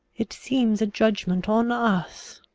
it seems a judgment on us.